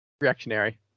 reactionary